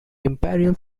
imperial